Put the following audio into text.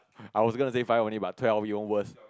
I was gonna say five only but twelve even worse